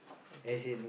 okay